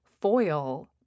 foil